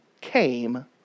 came